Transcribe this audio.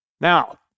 Now